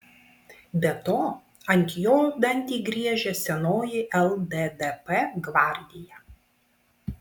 be to ant jo dantį griežia senoji lddp gvardija